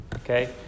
Okay